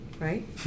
Right